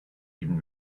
even